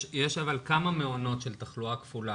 אבל יש כמה מעונות של תחלואה כפולה,